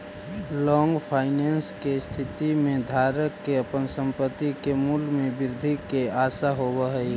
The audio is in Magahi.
लॉन्ग फाइनेंस के स्थिति में धारक के अपन संपत्ति के मूल्य में वृद्धि के आशा होवऽ हई